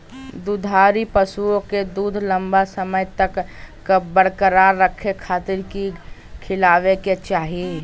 दुधारू पशुओं के दूध लंबा समय तक बरकरार रखे खातिर की खिलावे के चाही?